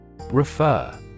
Refer